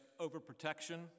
overprotection